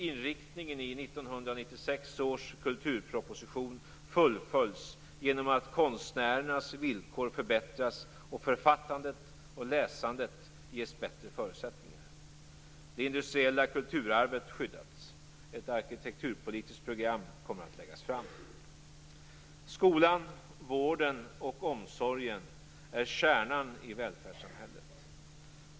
Inriktningen i 1996 års kulturproposition fullföljs genom att konstnärernas villkor förbättras och författandet och läsandet ges bättre förutsättningar. Det industriella kulturarvet skyddas. Ett arkitekturpolitiskt program kommer att läggas fram. Skolan, vården och omsorgen är kärnan i välfärdssamhället.